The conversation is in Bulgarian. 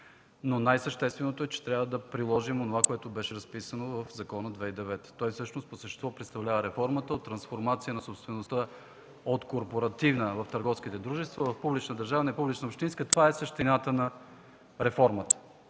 но най-същественото е, че трябва да приложим онова, което беше разписано в закона 2009-та. Всъщност той по същество представлява реформата от трансформация на собствеността от корпоративна, в търговските дружества, в публично-държавна и публично-общинска – това е същината на реформата.